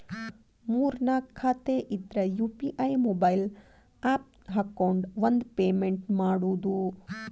ಮೂರ್ ನಾಕ್ ಖಾತೆ ಇದ್ರ ಯು.ಪಿ.ಐ ಮೊಬೈಲ್ ಆಪ್ ಹಾಕೊಂಡ್ ಒಂದ ಪೇಮೆಂಟ್ ಮಾಡುದು